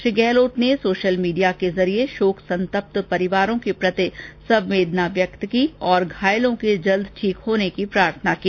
श्री गहलोत ने social media के जरिए शोक संतप्त परिवारों के प्रति संवेदना व्यक्त की तथा घायलों के जल्द ठीक होने की प्रार्थना की